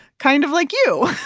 kind of like you.